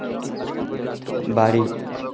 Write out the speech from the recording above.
বাড়ি